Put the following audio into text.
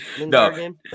no